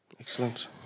Excellent